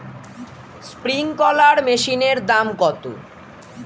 Sprinkler মেশিনের দাম কত?